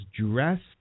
dressed